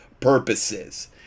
purposes